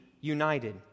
united